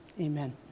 Amen